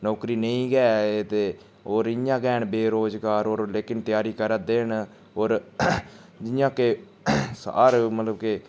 नौकरी नेईं गै ऐ ते होर इयां गै न बेरोजगार होर लेकिन त्यारी करा दे न होर जियां कि हर मतलब कि